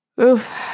Oof